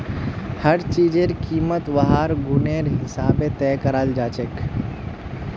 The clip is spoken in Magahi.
हर चीजेर कीमत वहार गुनेर हिसाबे तय कराल जाछेक